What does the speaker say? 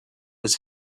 his